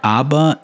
aber